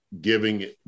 giving